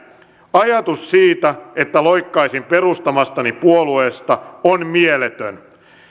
ajatus siitä että loikkaisin perustamastani puolueesta on mieletön